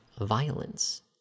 violence